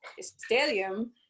stadium